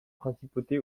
principauté